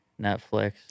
Netflix